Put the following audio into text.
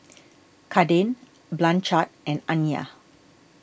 Kaden Blanchard and Aniyah